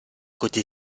côté